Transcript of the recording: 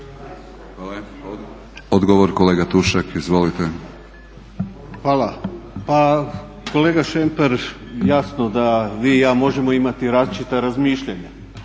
Hvala. Odgovor kolega Tušak. Izvolite. **Tušak, Zlatko (ORaH)** Hvala. Pa kolega Šemper, jasno da vi i ja možemo imati različita razmišljanja